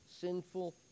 sinful